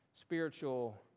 spiritual